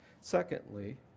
Secondly